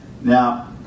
Now